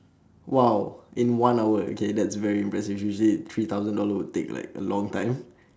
!wow! in one hour okay that's very impressive usually three thousand dollar would take like a long time